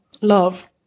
Love